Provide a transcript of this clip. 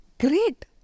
Great